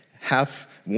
half